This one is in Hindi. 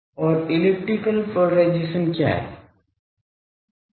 और इलिप्टिकल पोलराइजेशन क्या है